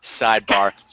sidebar